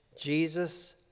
Jesus